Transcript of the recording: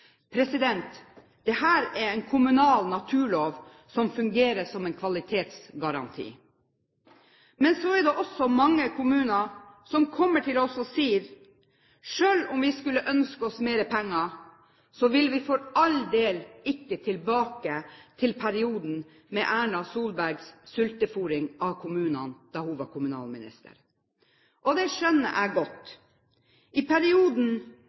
er en kommunal naturlov som fungerer som en kvalitetsgaranti. Men så er det også mange kommuner som kommer til oss og sier: Selv om vi skulle ønske oss mer penger, vil vi for all del ikke tilbake til perioden med Erna Solbergs sultefôring av kommunene, da hun var kommunalminister. Og det skjønner jeg godt. I perioden